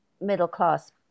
middle-class